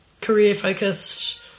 career-focused